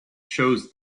chose